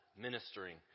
ministering